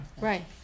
Right